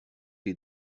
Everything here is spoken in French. des